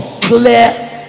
clear